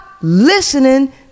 listening